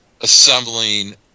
assembling